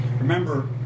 Remember